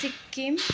Sikkim